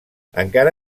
encara